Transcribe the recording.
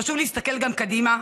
חשוב להסתכל גם קדימה,